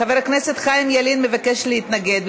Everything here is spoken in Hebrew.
חבר הכנסת חיים ילין מבקש להתנגד.